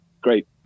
great